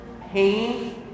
pain